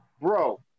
bro